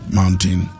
mountain